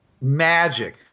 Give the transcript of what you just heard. magic